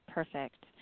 Perfect